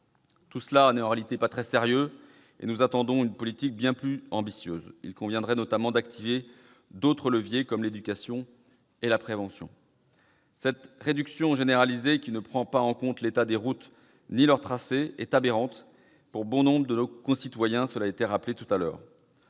Tout cela n'est en réalité pas très sérieux. Nous attendons une politique bien plus ambitieuse. Il conviendrait notamment d'activer d'autres leviers comme l'éducation et la prévention. Cette réduction généralisée, qui ne prend en compte ni l'état des routes ni leur tracé, est aberrante pour bon nombre de nos concitoyens, cela a été rappelé. En tant qu'élus